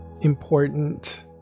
important